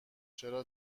چرا